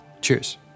Cheers